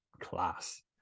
class